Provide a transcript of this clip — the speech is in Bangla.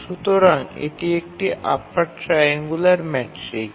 সুতরাং এটি একটি আপার ট্রাইএঙ্গুলার ম্যাট্রিক্স